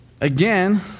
Again